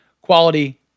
quality